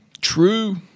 True